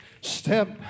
step